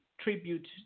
tribute